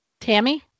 Tammy